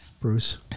Bruce